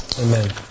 amen